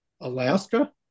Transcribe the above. Alaska